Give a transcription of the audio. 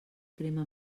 crema